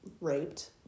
raped